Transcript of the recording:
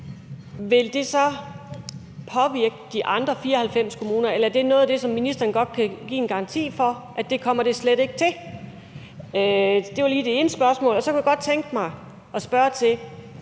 situationen for de andre 94 kommuner, eller om det er noget, som ministeren kan give en garanti om at det slet ikke kommer til? Det var det ene spørgsmål. Så kunne jeg godt tænke mig at spørge: